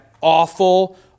Awful